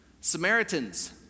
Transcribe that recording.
Samaritans